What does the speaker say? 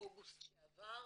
אוגוסט שעבר,